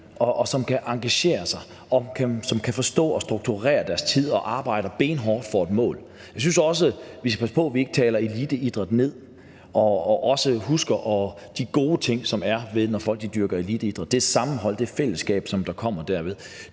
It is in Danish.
som kan engagere sig, og som kan forstå at strukturere deres tid og arbejder benhårdt for et mål. Jeg synes også, vi skal passe på, at vi ikke taler eliteidræt ned, og også skal huske de gode ting, som er ved det, når folk dyrker eliteidræt: det sammenhold, det fællesskab, der kommer derved,